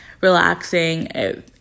Relaxing